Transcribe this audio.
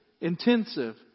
intensive